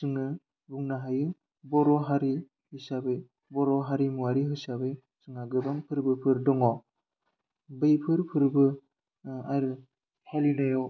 जोङो बुंनो हायो बर' हारि हिसाबै बर' हारिमुवारि हिसाबै जोंहा गोबां फोरबोफोर दङ बैफोर फोरबो आरो